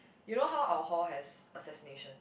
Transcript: you know how our hall has assassination